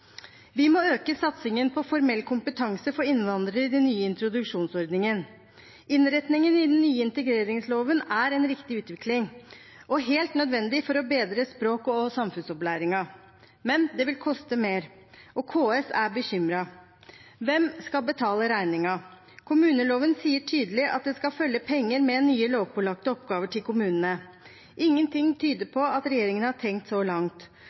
Vi må øke satsingen på formell kompetanse for innvandrere i den nye introduksjonsordningen. Innretningen i den nye integreringsloven er en riktig utvikling og helt nødvendig for å bedre språk- og samfunnsopplæringen. Men det vil koste mer, og KS er bekymret. Hvem skal betale regningen? Kommuneloven sier tydelig at det skal følge penger med nye lovpålagte oppgaver til kommunene. Ingenting tyder på at regjeringen har tenkt så langt.